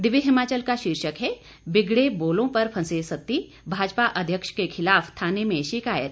दिव्य हिमाचल का शीर्षक है बिगड़े बोलों पर फंसे सत्ती भाजपा अध्यक्ष के खिलाफ थाने में शिकायत